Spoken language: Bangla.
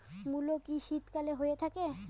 মূলো কি শীতকালে হয়ে থাকে?